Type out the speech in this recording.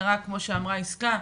כמו שאמרה יסכה,